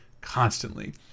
constantly